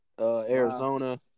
Arizona